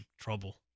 Trouble